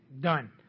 done